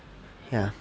ya